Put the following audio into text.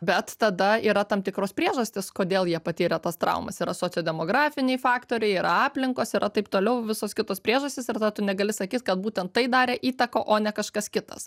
bet tada yra tam tikros priežastys kodėl jie patyrė tas traumas yra sociodemografiniai faktoriai yra aplinkos yra taip toliau visos kitos priežastys ir tada tu negali sakyt kad būtent tai darė įtaką o ne kažkas kitas